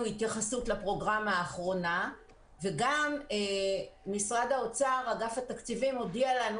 לפרוגרמה האחרונה וגם משרד האוצר אגף תקציבים הודיע לנו